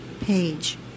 page